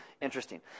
interesting